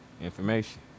Information